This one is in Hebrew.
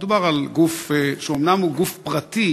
מדובר על גוף שאומנם הוא גוף פרטי,